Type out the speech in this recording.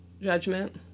judgment